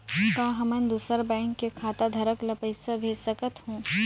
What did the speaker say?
का हमन दूसर बैंक के खाताधरक ल पइसा भेज सकथ हों?